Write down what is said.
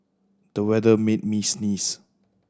the weather made me sneeze